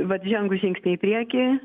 vat žengus žingsnį į priekį